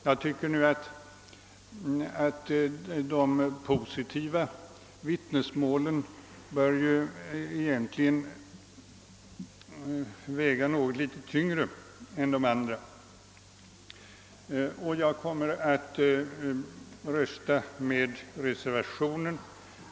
Jag tycker att de positiva vittnesmålen bör väga något litet tyngre än de negativa. Därför kommer jag att rösta för reservationen.